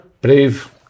Brave